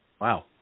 Wow